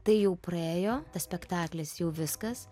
tai jau praėjo tas spektaklis jau viskas